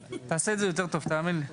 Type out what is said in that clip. תעשה את זה יותר טוב, תאמין לי.